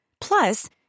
Plus